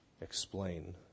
explain